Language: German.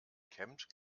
kämmt